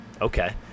okay